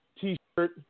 T-shirt